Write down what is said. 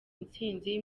intsinzi